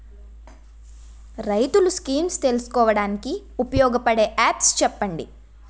రైతులు స్కీమ్స్ తెలుసుకోవడానికి ఉపయోగపడే యాప్స్ చెప్పండి?